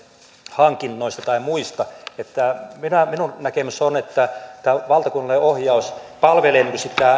hankinnoista tai muista minun näkemykseni on että valtakunnallinen ohjaus palvelee